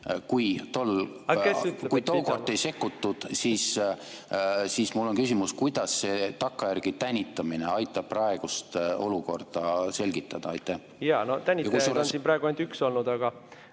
Kui tookord ei sekkutud, siis mul on küsimus, kuidas see takkajärgi tänitamine aitab praegust olukorda selgitada? Jaa, no tänitajaid on siin praegu ainult üks olnud. Aga